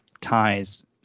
ties